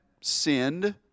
sinned